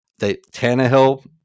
Tannehill